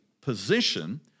position